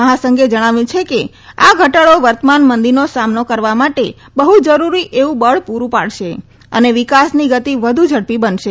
મહાસંઘે જણાવ્યું છે કે આ ઘટાડો વર્તમાન મંદીનો સામનો કરવા માટે બફ જરૂરી એવુ બળ પુરૂ પાડશે અને વિકાસની ગતી વધુ ઝડપી બનશે